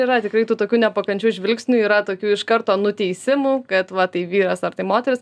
yra tikrai tų tokių nepakančių žvilgsnių yra tokių iš karto nuteisimų kad va tai vyras ar tai moteris